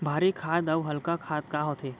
भारी खाद अऊ हल्का खाद का होथे?